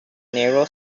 narrow